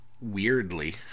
weirdly